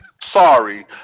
sorry